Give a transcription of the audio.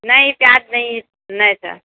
नहि प्याज नहि नहि छै